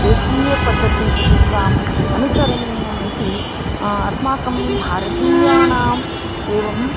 देशीयपद्धतिचिकित्साम् अनुसरणीयम् इति अस्माकं भारतीयानाम् एवम्